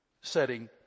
setting